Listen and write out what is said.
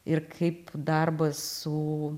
ir kaip darbas su